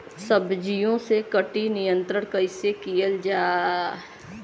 सब्जियों से कीट नियंत्रण कइसे कियल जा?